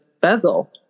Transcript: bezel